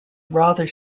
rather